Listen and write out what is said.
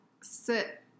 sit